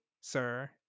sir